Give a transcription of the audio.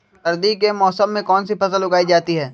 सर्दी के मौसम में कौन सी फसल उगाई जाती है?